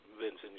Vincent